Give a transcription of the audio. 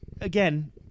Again